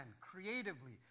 creatively